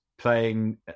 playing